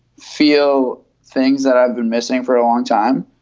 feel things that i've been missing for a long time.